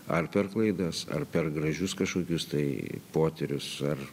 ar per klaidas ar per gražius kažkokius tai potyrius ar